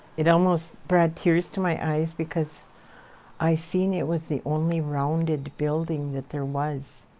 it almost brought tears to my eyes, because i seen it was the only rounded building that there was,